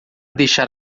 deixar